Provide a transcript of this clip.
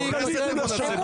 זה הקליגולה שלך.